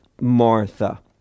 Martha